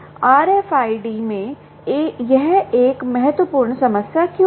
RFID में यह एक महत्वपूर्ण समस्या क्यों है